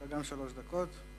שלוש דקות.